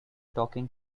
talking